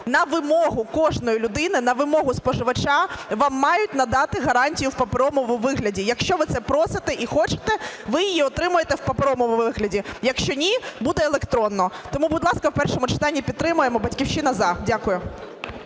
на вимогу кожної людини, на вимогу споживача вам мають надати гарантію в паперовому вигляді. Якщо ви це просите і хочете, ви її отримаєте в паперовому вигляді, якщо ні – буде електронна. Тому, будь ласка, в першому читанні підтримаємо. "Батьківщина" – за.